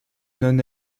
non